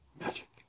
Magic